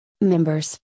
members